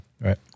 Right